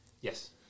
Yes